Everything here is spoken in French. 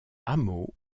hameau